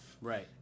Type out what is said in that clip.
Right